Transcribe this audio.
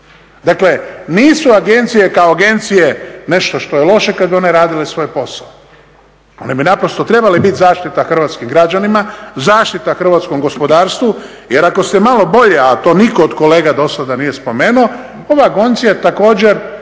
Dakle nisu agencije kao agencije nešto što je loše kada bi one radile svoj posao, one bi trebale biti zaštita hrvatskim građanima, zaštita hrvatskom gospodarstvu jer ako se malo bolje, a to nitko od kolega do sada nije spomenuo ova agencija također